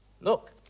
Look